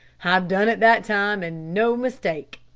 i've done it that time, and no mistake!